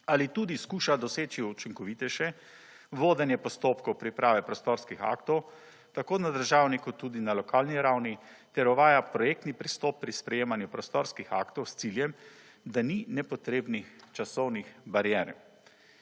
ali tudi skuša doseči učinkovitejše vodenje postopkov priprave prostorskih aktov tako na državni kot tudi na lokalni ravni ter uvaja projektni pristop pri sprejemanju prostorskih aktov s ciljem, da ni nepotrebnih časovnih barier.